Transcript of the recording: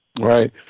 Right